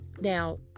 now